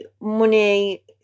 money